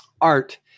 art